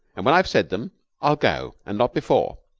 and when i've said them i'll go, and not before.